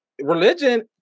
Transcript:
religion